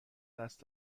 دست